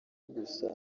gusa